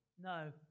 No